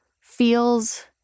feels